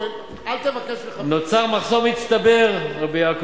על תכנון, לא על בנייה.